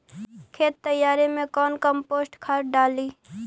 खेत तैयारी मे कौन कम्पोस्ट खाद डाली?